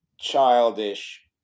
childish